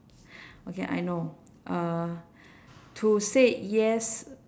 okay I know uh to said yes